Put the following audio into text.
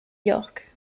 york